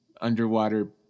underwater